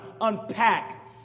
unpack